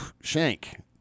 shank